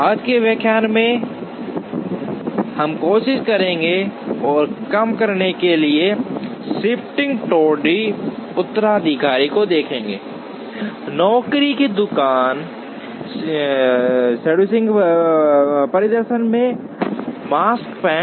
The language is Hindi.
आज के व्याख्यान में हम कोशिश करने और कम करने के लिए शिफ्टिंग टोंटी उत्तराधिकारी को देखेंगे नौकरी की दुकान शेड्यूलिंग परिदृश्य में Makespan